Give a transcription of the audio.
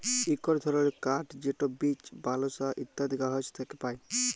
ইকট ধরলের কাঠ যেট বীচ, বালসা ইত্যাদি গাহাচ থ্যাকে পায়